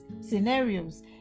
scenarios